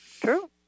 True